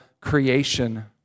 creation